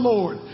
Lord